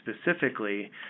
specifically